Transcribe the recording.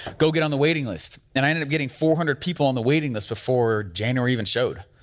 go get on the waiting list. and i ended up getting four hundred people on the waiting list before january even showed,